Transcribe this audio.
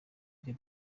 rya